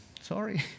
Sorry